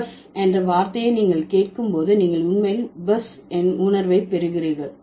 Buzz என்ற வார்த்தையை நீங்கள் கேட்கும் போது நீங்கள் உண்மையில் buzz உணர்வை பெறுகிறீர்கள்